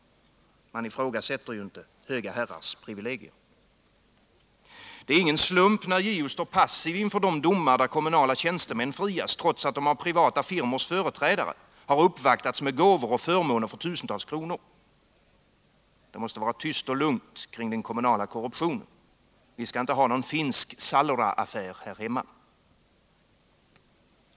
Man ifrågasätter inte höga herrars privilegier. Det är ingen slump, när JO står passiv inför de domar där kommunala tjänstemän frias trots att de av privata firmors företrädare uppvaktats med gåvor och förmåner för tusentals kronor. Det måste vara tyst och lugnt kring den kommunala korruptionen — vi skall inte ha någon finsk Saloraaffär här hemma.